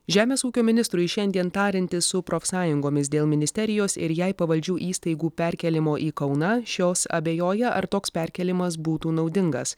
žemės ūkio ministrui šiandien tariantis su profsąjungomis dėl ministerijos ir jai pavaldžių įstaigų perkėlimo į kauną šios abejoja ar toks perkėlimas būtų naudingas